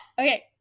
Okay